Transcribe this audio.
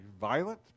violent